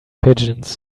pigeons